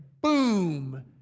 boom